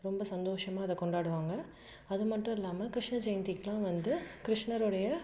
ரொம்ப சந்தோஷமாக அதை கொண்டாடுவாங்க அது மட்டும் இல்லாமல் கிருஷ்ண ஜெயந்திக்கு எல்லாம் வந்து கிருஷ்ணரோடைய